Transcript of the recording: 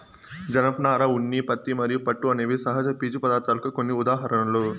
జనపనార, ఉన్ని, పత్తి మరియు పట్టు అనేవి సహజ పీచు పదార్ధాలకు కొన్ని ఉదాహరణలు